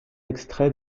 extrait